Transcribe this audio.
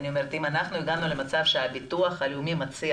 אם אנחנו הגענו למצב שהביטוח הלאומי מציע